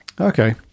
okay